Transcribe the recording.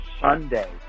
Sunday